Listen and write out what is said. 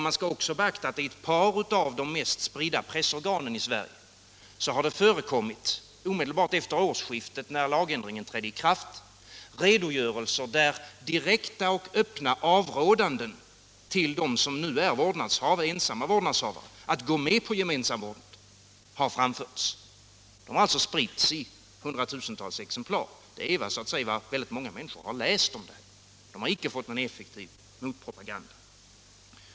Man skall också beakta att det i ett par av de mest spridda pressorganen i Sverige omedelbart efter årsskiftet, när lagändringen trädde i kraft, förekom redogörelser där de som nu är ensamma vårdnadshavare direkt och öppet avråddes från att gå med på gemensam vårdnad. Dessa har alltså spritts i hundratusentals exemplar. Det är vad många människor har läst om detta. De har inte fått någon effektiv motpropaganda.